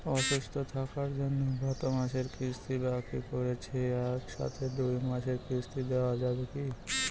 অসুস্থ থাকার জন্য গত মাসের কিস্তি বাকি পরেছে এক সাথে দুই মাসের কিস্তি দেওয়া যাবে কি?